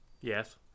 Yes